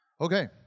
Okay